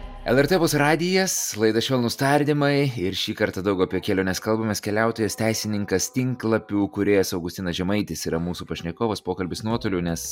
lrt pus radijas laida švelnūs tardymai ir šį kartą daug apie keliones kalbamės keliautojas teisininkas tinklapių kūrėjas augustinas žemaitis yra mūsų pašnekovas pokalbis nuotoliu nes